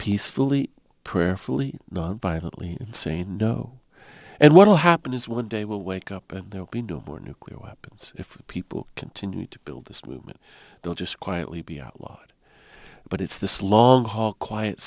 peacefully prayerfully violently and say no and what will happen is one day will wake up and there will be no more nuclear weapons if people continue to build this movement they'll just quietly be outlawed but it's this long haul quiet